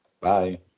Bye